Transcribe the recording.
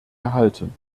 erhalten